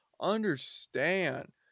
understand